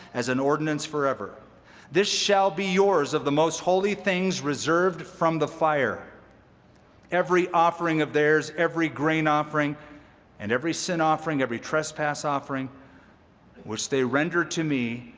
as an ordinance forever this shall be yours of the most holy things reserved from the fire every offering of theirs, every grain offering and every sin offering, every trespass offering which they render to me,